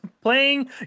playing